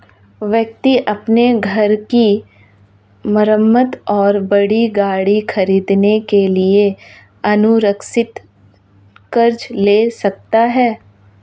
व्यक्ति अपने घर की मरम्मत और बड़ी गाड़ी खरीदने के लिए असुरक्षित कर्ज ले सकता है